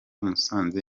musanze